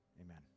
Amen